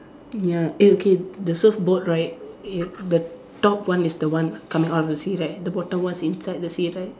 ya eh okay the surfboard right eh the top one is the one coming out of the sea right the bottom one is inside the sea right